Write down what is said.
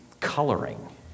coloring